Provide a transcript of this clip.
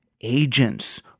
agents